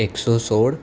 એકસો સોળ